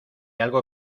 algo